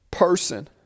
person